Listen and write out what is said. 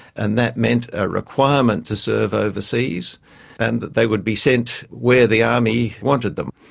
and that meant a requirement to serve overseas and that they would be sent where the army wanted them.